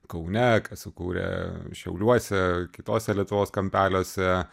kaune ką sukūrė šiauliuose kituose lietuvos kampeliuose